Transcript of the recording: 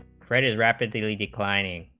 right is rapidly declining